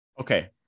Okay